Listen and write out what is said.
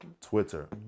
Twitter